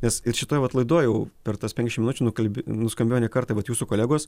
nes ir šitoj vat laidoj jau per tas penkiasdešim minučių nukalb nuskambėjo ne kartą vat jūsų kolegos